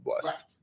blessed